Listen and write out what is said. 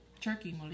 Turkey